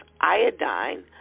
iodine